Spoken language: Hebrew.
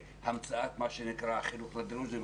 המצאת מה שנקרא: החינוך לדרוזים,